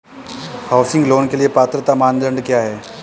Housing loan के लिए पात्रता मानदंड क्या हैं?